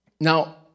Now